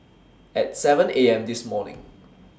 At seven A M This morning